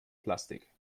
plastik